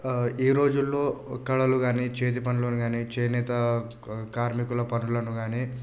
ఈ రోజుల్లో కళలు కాని చేతి పనులు కాని చేనేత కార్మికుల పనులను కాని